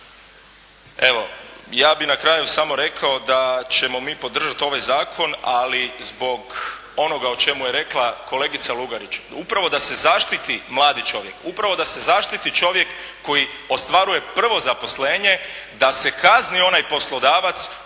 Evo, ja bih na kraju samo rekao da ćemo mi podržati ovaj zakon, ali zbog onoga o čemu je rekla kolegica Lugarić, upravo da se zaštiti mladi čovjek, upravo da se zaštiti čovjek koji ostvaruje prvo zaposlenje, da se kazni onaj poslodavac koji